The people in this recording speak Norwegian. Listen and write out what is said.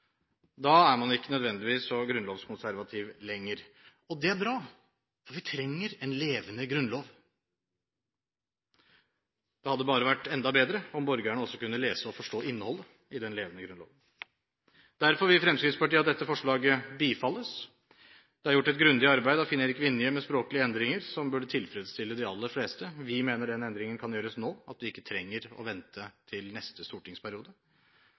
Da er man ikke nødvendigvis så grunnlovskonservativ lenger. Det er bra, for vi trenger en levende grunnlov. Det hadde bare vært enda bedre om borgerne også kunne lese og forstå innholdet i den levende grunnloven. Derfor vil Fremskrittspartiet at dette forslaget bifalles. Det er gjort et grundig arbeid av Finn-Erik Vinje med språklige endringer som burde tilfredsstille de aller fleste. Vi mener at den endringen kan gjøres nå, at vi ikke trenger å vente til neste stortingsperiode.